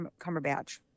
Cumberbatch